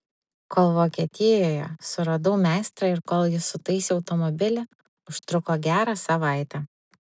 kol vokietijoje suradau meistrą ir kol jis sutaisė automobilį užtruko gerą savaitę